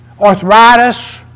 arthritis